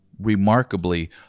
remarkably